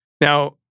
Now